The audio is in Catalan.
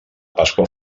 pasqua